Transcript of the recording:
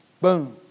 Boom